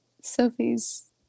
Sophie's